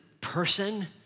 person